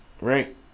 Right